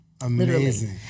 amazing